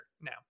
now